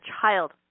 child